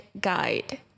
guide